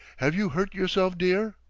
have you hurt yourself, dear?